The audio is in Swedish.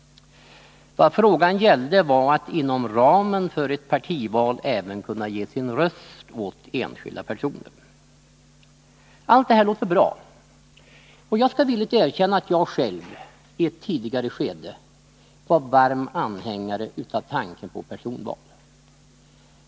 Vad frågan gällde var att man inom ramen för ett partival även skulle kunna ge sin röst åt enskilda personer. Allt detta låter bra, och jag skall villigt erkänna att jag själv i ett tidigare skede var varm anhängare av tanken på personval.